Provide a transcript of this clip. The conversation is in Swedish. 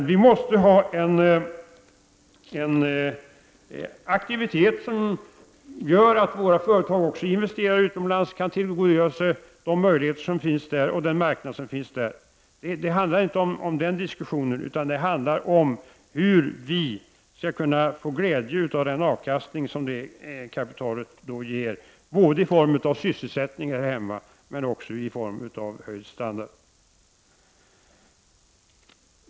Men vi måste ha en aktivitet som gör att våra företag också investerar utomlands och kan tillgodogöra sig den marknad som finns där. Det handlar om hur vi skall kunna få glädje av den avkastning som kapitalet ger både i form av sysselsättning här hemma och också i form av högre standard.